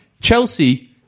Chelsea